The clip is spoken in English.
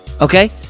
Okay